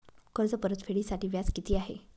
कर्ज परतफेडीसाठी व्याज किती आहे?